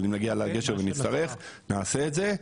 אם נגיע לגשר ונצטרך נעשה את זה,